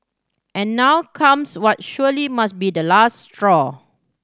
and now comes what surely must be the last straw